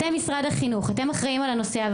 אתם משרד החינוך, אתם אחראים על הנושא.)